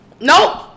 Nope